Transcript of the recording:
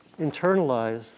internalized